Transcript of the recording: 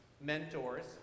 mentors